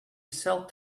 cell